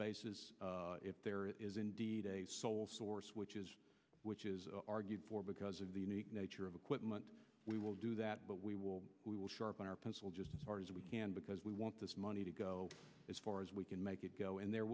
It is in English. basis if there is indeed a sole source which is which is argued for because of the unique nature of equipment we will do that but we will we will sharpen our pencil just as far as we can because we want this money to go as far as we can make it go and there